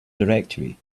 directory